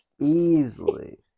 Easily